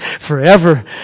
forever